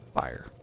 fire